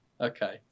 okay